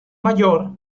mayor